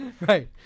Right